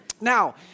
Now